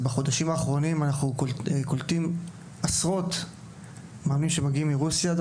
שבחודשים האחרונים אנחנו קולטים עשרות מאמנים שמגיעים מרוסיה,